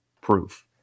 proof